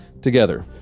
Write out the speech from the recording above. together